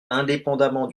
indépendamment